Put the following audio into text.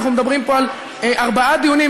אנחנו מדברים פה על ארבעה דיונים,